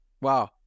Wow